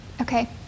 Okay